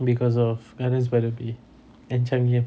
cause of gardens by the bay and changi airport